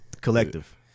Collective